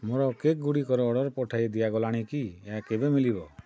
ମୋର କେକ୍ଗୁଡ଼ିକର ଅର୍ଡ଼ର୍ ପଠାଇ ଦିଆଗଲାଣି କି ଏହା କେବେ ମିଳିବ